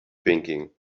thinking